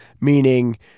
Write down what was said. meaning